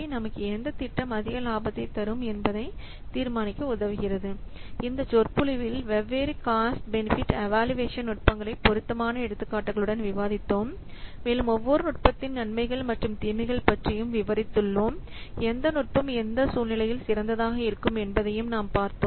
நமக்கு எந்த திட்டம் அதிக லாபத்தை தரும் என்பதை தீர்மானிக்க உதவுகிறது இந்த சொற்பொழிவில் வெவ்வேறு காஸ்ட் பெனிஃபிட் இவாலுயேஷன் நுட்பங்களை பொருத்தமான எடுத்துக்காட்டுகளுடன் விவாதித்தோம் மேலும் ஒவ்வொரு நுட்பத்தின் நன்மைகள் மற்றும் தீமைகள் பற்றியும் விவரித்துள்ளோம் எந்த நுட்பம் எந்த சூழ்நிலையில் சிறந்ததாக இருக்கும் என்பதை நாம் பார்த்தோம்